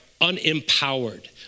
unempowered